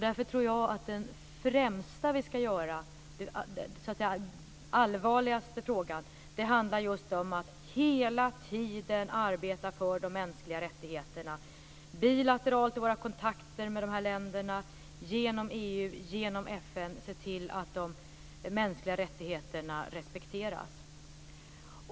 Därför tror jag att det vi främst skall göra, den allvarligaste frågan, handlar just om att hela tiden arbeta för de mänskliga rättigheterna. Bilateralt i våra kontakter med de här länderna samt genom EU och FN skall vi se till att de mänskliga rättigheterna respekteras.